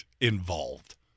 involved